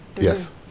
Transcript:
Yes